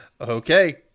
Okay